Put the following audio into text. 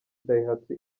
daihatsu